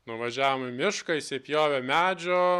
nuvažiavom į mišką išsipjovę medžio